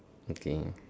okay